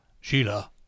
Sheila